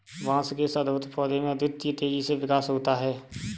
बांस के इस अद्भुत पौधे में अद्वितीय तेजी से विकास होता है